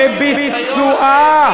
לביצועה,